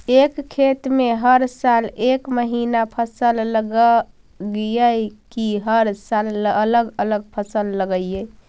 एक खेत में हर साल एक महिना फसल लगगियै कि हर साल अलग अलग फसल लगियै?